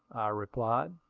replied.